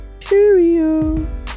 cheerio